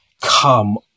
come